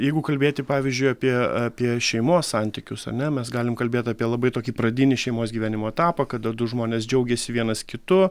jeigu kalbėti pavyzdžiui apie apie šeimos santykius ar ne mes galim kalbėt apie labai tokį pradinį šeimos gyvenimo etapą kada du žmonės džiaugiasi vienas kitu